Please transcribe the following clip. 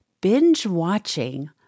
Binge-watching